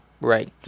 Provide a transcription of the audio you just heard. Right